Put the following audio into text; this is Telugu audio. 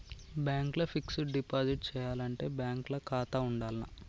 బ్యాంక్ ల ఫిక్స్ డ్ డిపాజిట్ చేయాలంటే బ్యాంక్ ల ఖాతా ఉండాల్నా?